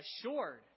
assured